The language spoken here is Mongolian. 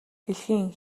дэлхийн